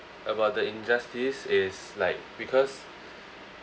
about the injustice it's like because